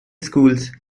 schools